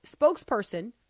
spokesperson